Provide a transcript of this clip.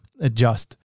adjust